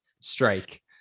strike